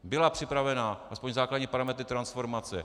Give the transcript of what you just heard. Byla připravena, aspoň základní parametry, transformace.